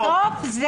בסוף זה יורד.